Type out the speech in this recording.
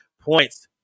points